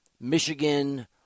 Michigan